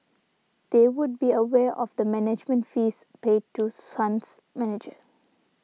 they would be aware of the management fees paid to Sun's manager